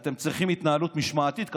אתם צריכים התנהלות משמעתית כזאת?